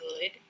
good